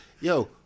Yo